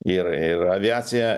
ir ir aviacija